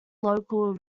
local